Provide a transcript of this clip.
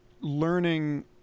learning